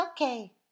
okay